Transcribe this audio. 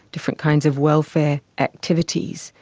different kinds of welfare activities,